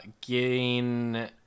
gain